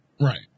Right